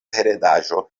heredaĵo